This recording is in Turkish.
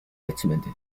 etmedi